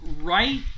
right